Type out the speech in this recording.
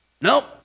Nope